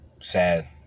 Sad